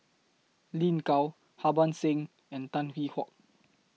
Lin Gao Harbans Singh and Tan Hwee Hock